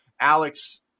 Alex